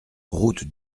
route